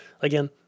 again